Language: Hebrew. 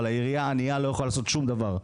אבל העירייה ענייה ולא יכולה לעשות שום דבר,